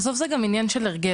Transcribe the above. בסוף זה גם עניין של הרגל.